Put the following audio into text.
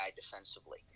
defensively